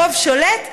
הרוב שולט,